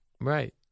Right